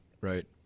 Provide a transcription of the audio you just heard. Right